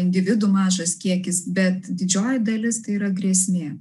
individų mažas kiekis bet didžioji dalis tai yra grėsmė